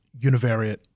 univariate